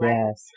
Yes